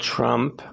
Trump